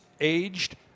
aged